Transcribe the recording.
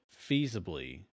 feasibly